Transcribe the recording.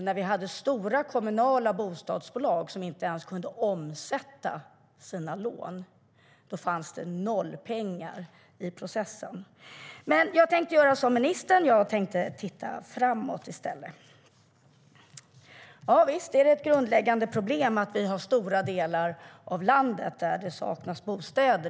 När stora kommunala bostadsbolag inte ens kunde omsätta sina lån fanns det inga pengar i processen. Visst är det ett grundläggande problem att det i stora delar av landet saknas bostäder.